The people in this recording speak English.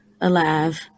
alive